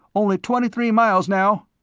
only twenty-three miles now.